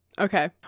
okay